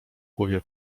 głowie